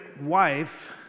wife